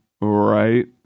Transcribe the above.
Right